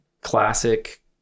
classic